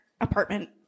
apartment